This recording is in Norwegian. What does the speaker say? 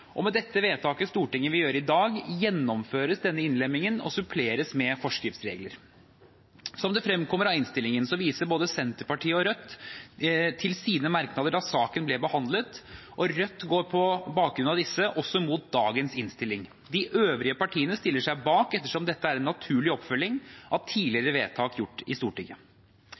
og med det vedtaket Stortinget vil gjøre i dag, gjennomføres denne innlemmingen og suppleres med forskriftsregler. Som det fremkommer av innstillingen, viser både Senterpartiet og Rødt til sine merknader da saken ble behandlet, og Rødt går på bakgrunn av disse også imot dagens innstilling. De øvrige partiene stiller seg bak, ettersom dette er en naturlig oppfølging av tidligere vedtak gjort i Stortinget.